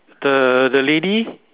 the the lady